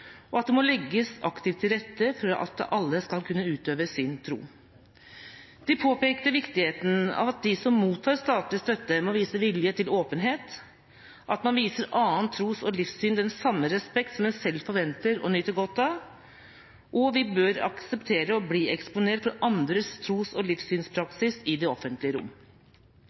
og at det må legges aktivt til rette for at alle skal kunne utøve sin tro. De påpekte viktigheten av at de som mottar statlig støtte, må vise vilje til åpenhet, at man viser annet tros- og livssyn den samme respekt som en selv forventer og nyter godt av, og at vi bør akseptere å bli eksponert for andres tros- og livssynspraksis i det offentlige rom.